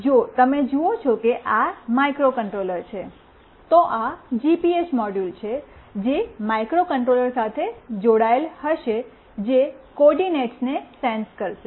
જો તમે જુઓ છો કે આ માઇક્રોકન્ટ્રોલર છે તો આ જીપીએસ મોડ્યુલ છે જે માઇક્રોકન્ટ્રોલર સાથે જોડાયેલ હશે જે કોઓર્ડિનેટ્સને સેન્સ કરશે